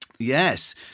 Yes